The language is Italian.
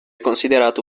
considerato